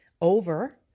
over